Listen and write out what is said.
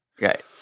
Right